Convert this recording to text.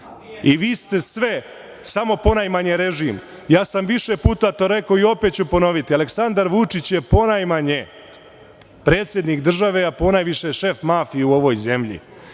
i vi ste sve, samo ponajmanje režim. Ja sam više puta to rekao i opet ću ponoviti, Aleksandar Vučić je ponajmanje predsednik države, a ponajviše šef mafije u ovoj zemlji.